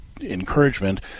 encouragement